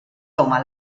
toma